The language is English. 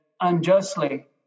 unjustly